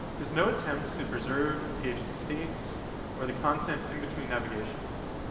there's no attempt to preserve the page's states or the content in between navigations.